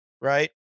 right